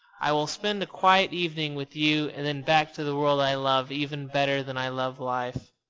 i will spend a quiet evening with you and then back to the world i love even better than i love life.